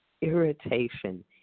irritation